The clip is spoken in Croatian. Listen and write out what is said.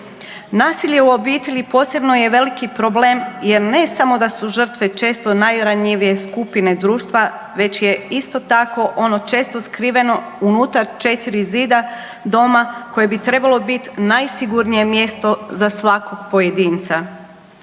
Nasilje u obitelji posebno je veliki problem, jer ne samo da su žrtve često najranjivije skupine društva već je isto tako ono često skriveno unutar četiri zida doma koje bi trebalo biti najsigurnije mjesto za svakog pojedinca.